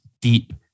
deep